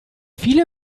viele